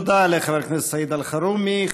תודה לחבר הכנסת סעיד אלחרומי.